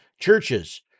churches